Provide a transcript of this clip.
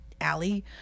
Ali